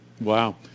Wow